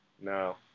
No